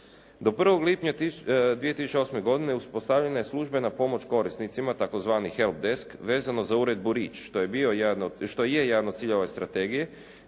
Do 1. lipnja 2008. godine uspostavljena je službena pomoć korisnicima tz. Help desk vezano za uredbu Rich što je jedan od ciljeva ove strategije